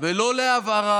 ולא להבערה.